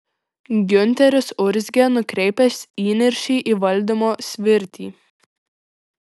giunteris urzgė nukreipęs įniršį į valdymo svirtį